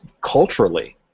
culturally